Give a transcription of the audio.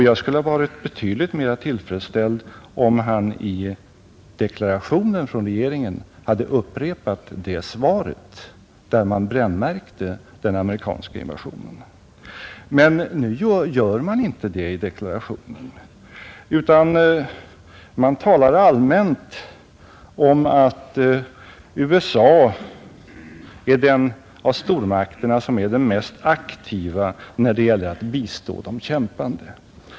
Jag skulle ha varit betydligt mera tillfredsställd om han i deklarationen från regeringen hade upprepat det svaret, där man brännmärkte den amerikanska invasionen. Men nu gör man inte det i deklarationen, man talar allmänt om att USA är den av stormakterna som är mest aktiv när det gäller att bistå de kämpande.